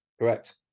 Correct